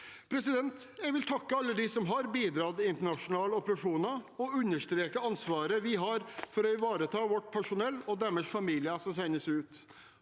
planen. Jeg vil takke alle dem som har bidratt i internasjonale operasjoner, og understreke ansvaret vi har for å ivareta vårt personell som sendes ut,